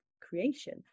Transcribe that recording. creation